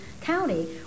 county